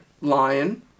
Lion